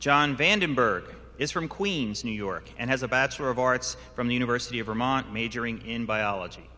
john vandenberg is from queens new york and has a bachelor of arts from the university of vermont majoring in biology